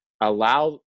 allow